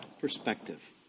Perspective